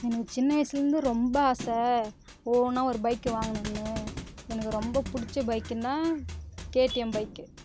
எனக்கு சின்ன வயசுலேருந்து ரொம்ப ஆசை ஓனாக ஒரு பைக்கு வாங்குனும்னு எனக்கு ரொம்ப புடித்த பைக்குன்னா கேடிஎம் பைக்கு